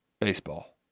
Baseball